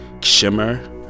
shimmer